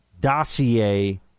dossier